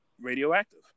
Radioactive